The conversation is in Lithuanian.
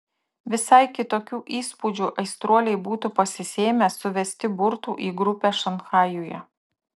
visai kitokių įspūdžių aistruoliai būtų pasisėmę suvesti burtų į grupę šanchajuje